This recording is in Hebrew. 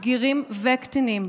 בגירים וקטינים,